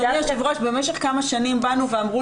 אדוני היושב-ראש במשך כמה שנים אמרו